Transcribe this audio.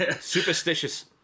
superstitious